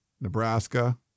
Nebraska